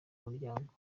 umuryango